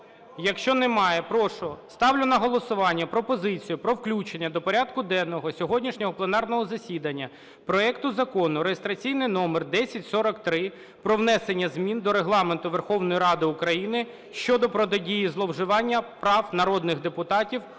Якщо немає, прошу, ставлю на голосування пропозицію про включення до порядку денного сьогоднішнього пленарного засідання проект Закону (реєстраційний номер 1043) про внесення змін до Регламенту Верховної Ради України щодо протидії зловживанням прав народних депутатів